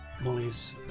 Molly's